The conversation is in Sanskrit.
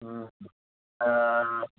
हा